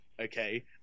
okay